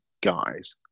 guys